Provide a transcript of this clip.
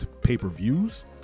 pay-per-views